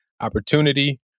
opportunity